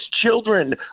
children